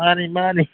ꯃꯥꯟꯅꯤ ꯃꯥꯟꯅꯤ